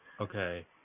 Okay